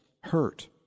hurt